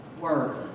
Word